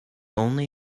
only